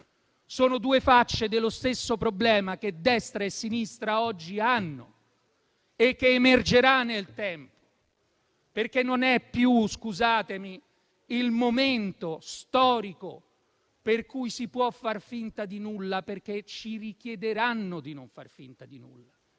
Sono due facce dello stesso problema che destra e sinistra oggi hanno e che emergerà nel tempo. Non è più - scusatemi - il momento storico per cui si possa far finta di nulla, perché ci richiederanno di non far finta di nulla.